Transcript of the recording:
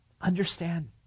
understand